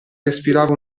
respirava